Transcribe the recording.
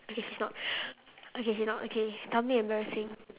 okay she's not okay she not okay tell me embarrassing